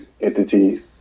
entities